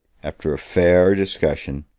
after a fair discussion,